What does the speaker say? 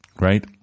Right